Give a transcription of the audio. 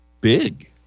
big